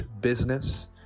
business